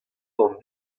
d’an